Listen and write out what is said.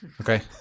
Okay